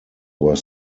were